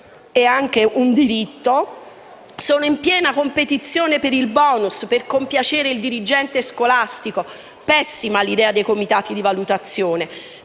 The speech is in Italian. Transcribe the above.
e un diritto), sono in piena competizione per il *bonus*, per compiacere il dirigente scolastico; pessima l'idea dei comitati di valutazione.